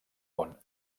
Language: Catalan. món